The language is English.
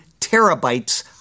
terabytes